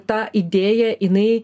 ta idėja jinai